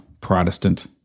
Protestant